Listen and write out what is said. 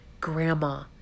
Grandma